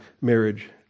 marriage